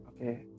okay